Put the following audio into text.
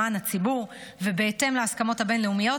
למען הציבור ובהתאם להסכמות הבין-לאומיות,